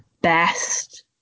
best